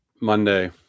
Monday